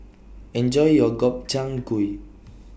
Enjoy your Gobchang Gui